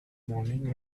morning